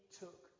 took